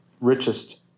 richest